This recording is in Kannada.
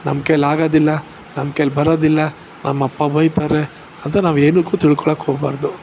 ನಮ್ಮ ಕೈಯಲ್ಲಾಗೋದಿಲ್ಲ ನಮ್ಮ ಕೈಯಲ್ಲಿ ಬರೋದಿಲ್ಲ ನಮ್ಮಪ್ಪ ಬೈತಾರೆ ಅಂತ ನಾವು ಏನಕ್ಕು ತಿಳ್ಕೊಳ್ಳೋಕ್ಕೋಗ್ಬಾರ್ದು